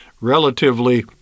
relatively